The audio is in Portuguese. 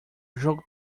jogo